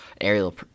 aerial